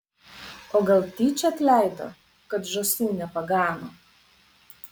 o gal tyčia atleido kad žąsų nepagano